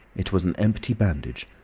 it was an empty bandage,